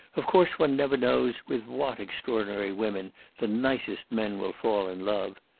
of course, one never knows with what extraordinary women the nicest men will fall in love.